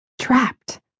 trapped